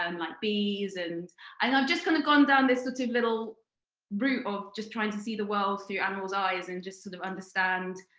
um like bees. and i've just kind of gone down this ah little route of just trying to see the world through animals' eyes and just sort of understand